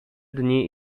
dni